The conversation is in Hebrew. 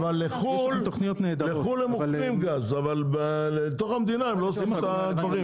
לחו"ל הם מוכרים גז אבל בתוך המדינה הם לא עושים את הדברים.